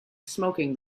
smoking